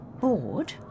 Bored